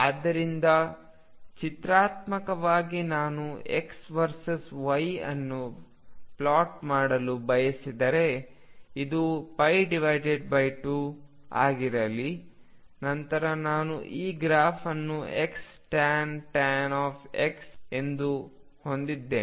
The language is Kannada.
ಆದ್ದರಿಂದ ಚಿತ್ರಾತ್ಮಕವಾಗಿ ನಾನು X ವರ್ಸಸ್ Y ಅನ್ನು ಪ್ಲಾಟ್ ಮಾಡಲು ಬಯಸಿದರೆ ಇದು 2ಆಗಿರಲಿ ನಂತರ ನಾನು ಈ ಗ್ರಾಫ್ ಅನ್ನುXtan X ಎಂದು ಹೊಂದಿದ್ದೇನೆ